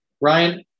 Ryan